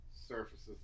surfaces